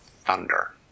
thunder